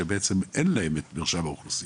שבעצם אין להם את מרשם האוכלוסין,